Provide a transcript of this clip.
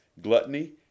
gluttony